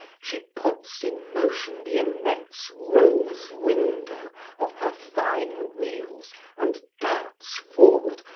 she puts in motion the immense rose-window of her fine wheels and darts forward,